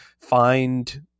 find